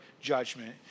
judgment